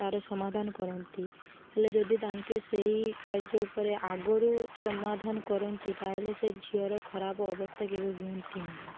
ତାର ସମାଧାନ କରନ୍ତି ହେଲେ ଯଦି ତାଙ୍କେ ସେଇ କାର୍ଯ୍ୟ ଉପରେ ଆଗରୁ ସମାଧାନ କରନ୍ତି ତାହେଲେ ସେ ଝିଅର ଖରାପ ଅବସ୍ଥା କେବେ ହୁଅନ୍ତି ନାହିଁ